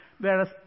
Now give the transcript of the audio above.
Whereas